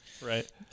Right